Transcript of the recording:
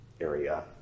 area